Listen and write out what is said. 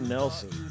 Nelson